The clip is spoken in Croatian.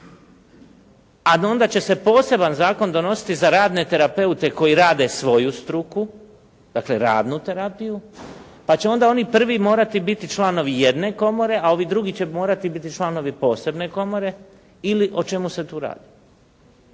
do onda će se poseban zakon donositi za radne terapeute koji rade svoju struku, dakle radnu terapiju, pa će onda oni prvi morati biti članovi jedne komore, a ovi drugi će morati biti članovi posebne komore ili o čemu se tu radi.